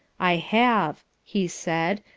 i have, he said,